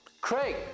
Craig